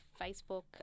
Facebook